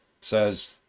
says